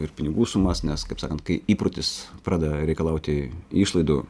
ir pinigų sumas nes kaip sakant kai įprotis pradeda reikalauti išlaidų